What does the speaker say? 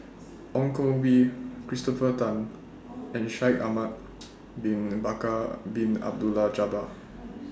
Ong Koh Bee Christopher Tan and Shaikh Ahmad Bin Bakar Bin Abdullah Jabbar